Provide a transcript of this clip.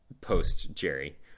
post-Jerry